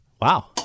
Wow